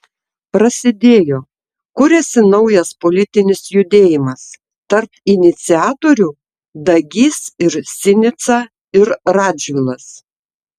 prasidėjo kuriasi naujas politinis judėjimas tarp iniciatorių dagys ir sinica ir radžvilas